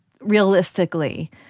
realistically